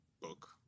book